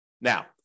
Now